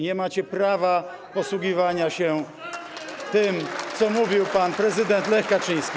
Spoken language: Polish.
Nie macie prawa posługiwania się tym, co mówił pan prezydent Lech Kaczyński.